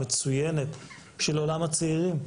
מצוינת של עולם הצעירים,